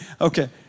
Okay